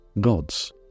gods